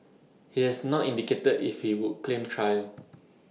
he has not indicated if he would claim trial